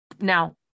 now